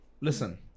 listen